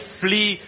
flee